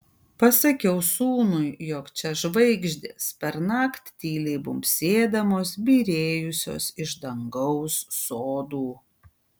pasakiau sūnui jog čia žvaigždės pernakt tyliai bumbsėdamos byrėjusios iš dangaus sodų